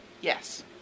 Yes